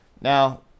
Now